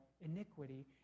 iniquity